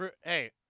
Hey